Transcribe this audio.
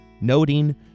noting